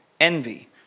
envy